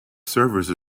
service